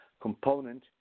component